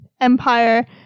empire